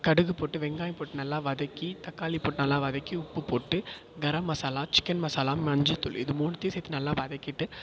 கடுகு போட்டு வெங்காயம் போட்டு நல்லா வதக்கி தக்காளி போட்டு நல்லா வதக்கி உப்பு போட்டு கரமசாலா சிக்கன் மசாலா மஞ்சள் தூள் இது மூனுத்தையும் சேர்த்து நல்லா வதக்கிகிட்டு